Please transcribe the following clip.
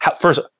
first